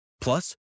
Plus